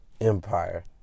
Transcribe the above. Empire